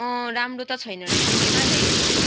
राम्रो त छैन रहेछ अन्त कहाँ ल्याइदिनु